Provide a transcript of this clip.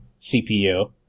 CPU